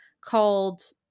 called